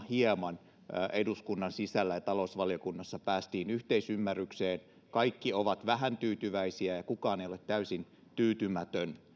hieman muuttamalla eduskunnan sisällä ja talousvaliokunnassa päästiin yhteisymmärrykseen kaikki ovat vähän tyytyväisiä ja kukaan ei ole täysin tyytymätön